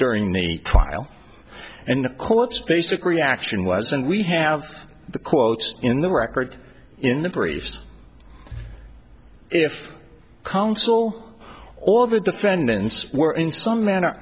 during the trial and the court's basic reaction was and we have the quotes in the record in the briefs if counsel or the defendants were in some manner